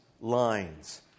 lines